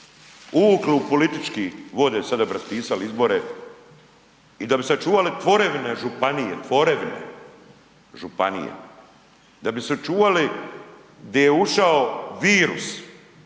uvukli u političke vode, sada propisali izbore i da bi sačuvali tvorevine županije, tvorevine županije, da bi sačuvali gdje je ušao virus,